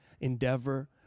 endeavor